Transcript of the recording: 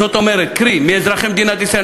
קרי מאזרחי מדינת ישראל,